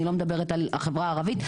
אני לא מדברת על החברה הערבית.